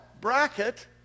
Bracket